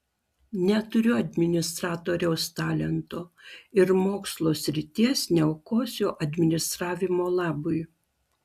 neturiu administratoriaus talento ir mokslo srities neaukosiu administravimo labui